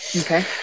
Okay